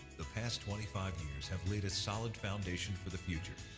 the past twenty five years have laid a solid foundation for the future.